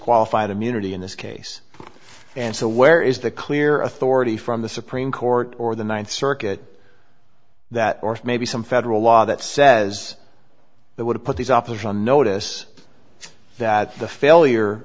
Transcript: qualified immunity in this case and so where is the clear authority from the supreme court or the ninth circuit that or maybe some federal law that says that would put these opposition on notice that the failure